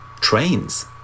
Trains